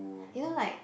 you know like